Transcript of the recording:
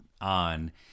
on